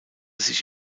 sich